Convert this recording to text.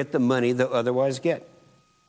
to get the money that otherwise get